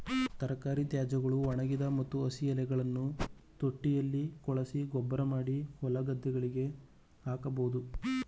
ತರಕಾರಿ ತ್ಯಾಜ್ಯಗಳು, ಒಣಗಿದ ಮತ್ತು ಹಸಿ ಎಲೆಗಳನ್ನು ತೊಟ್ಟಿಯಲ್ಲಿ ಕೊಳೆಸಿ ಗೊಬ್ಬರಮಾಡಿ ಹೊಲಗದ್ದೆಗಳಿಗೆ ಹಾಕಬೋದು